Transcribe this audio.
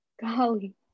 Golly